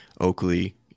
Oakley